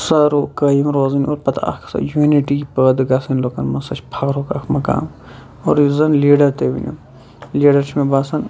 سۄ قٲیِم روزٕنۍ اور پَتہٕ اکھ سۄ یونِٹی پٲدٕ گَژھٕنۍ لُکَن مَنٛز سۄ چھِ فخرُک اکھ مَقام اور یُس زَن لیٖڈَر تُہۍ ؤنِو لیٖڈَر چھ مےٚ باسان